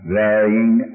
varying